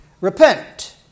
repent